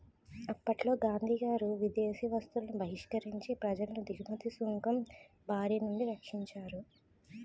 అప్పట్లో గాంధీగారు విదేశీ వస్తువులను బహిష్కరించి ప్రజలను దిగుమతి సుంకం బారినుండి రక్షించారు